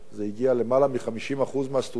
זה הגיע ליותר מ-50% מהסטודנטים,